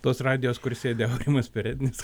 tos radijos kur sėdi aurimas perednis